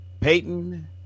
Peyton